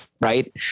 right